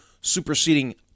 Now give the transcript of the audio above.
superseding